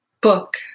book